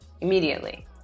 immediately